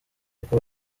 kuko